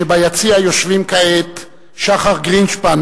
שביציע יושבים כעת שחר גרינשפן,